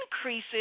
increases